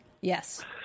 yes